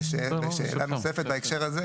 ושאלה נוספת בהקשר הזה